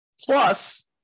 Plus